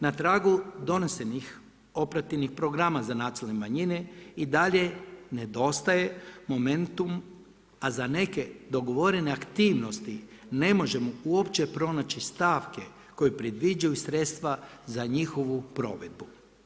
Na tragu donesenih operativnih programa za nacionalne manjine i dalje nedostaje momentum, a za neke dogovorene aktivnosti ne možemo uopće pronaći stavke koje predviđaju sredstva za njihovu provedbu.